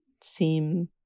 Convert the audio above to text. seem –